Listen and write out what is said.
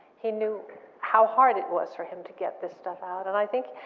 he knew how hard it was for him to get this stuff out, and i think,